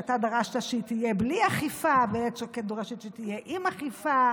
שאתה דרשת שהיא תהיה בלי אכיפה ואילת שקד דורשת שתהיה עם אכיפה?